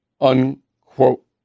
unquote